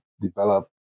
develop